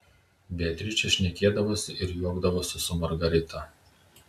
beatričė šnekėdavosi ir juokdavosi su margarita